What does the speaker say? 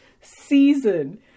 season